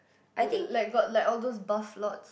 like got like all those buff lots